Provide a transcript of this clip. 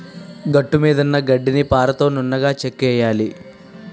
గట్టుమీదున్న గడ్డిని పారతో నున్నగా చెక్కియ్యాల